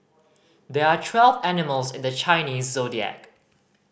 there are twelve animals in the Chinese Zodiac